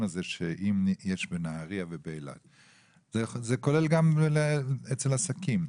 הזה שאם יש בנהריה ובאילת - זה אמור גם לגבי עסקים.